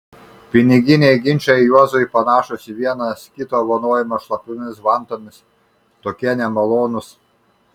piniginiai ginčai juozui panašūs į vienas kito vanojimą šlapiomis vantomis tokie nemalonūs